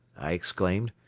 i exclaimed,